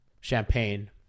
champagne